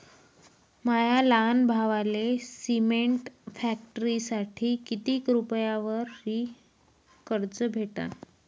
माया लहान भावाले सिमेंट फॅक्टरीसाठी कितीक रुपयावरी कर्ज भेटनं?